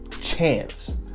chance